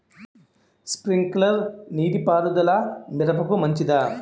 Sprinkler నీటిపారుదల మిరపకు మంచిదా?